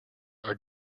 are